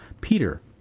Peter